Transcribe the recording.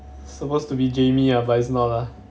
supposed to be jamie ah but it's not ah